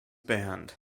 band